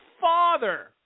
father